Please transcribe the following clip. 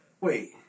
Wait